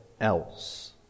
else